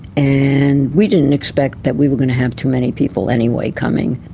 and we didn't expect that we were going to have too many people anyway coming.